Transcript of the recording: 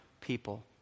people